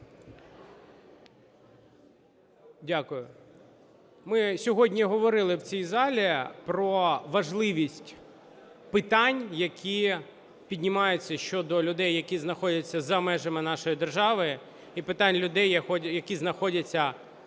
Дякую. Ми сьогодні говорили в цій залі про важливість питань, які піднімаються щодо людей, які знаходяться за межами нашої держави, і питань людей, які знаходяться